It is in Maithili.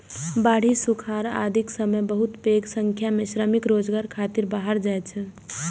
बाढ़ि, सुखाड़ आदिक समय बहुत पैघ संख्या मे श्रमिक रोजगार खातिर बाहर जाइ छै